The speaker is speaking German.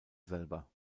selber